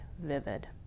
vivid